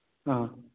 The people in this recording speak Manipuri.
ꯑꯥ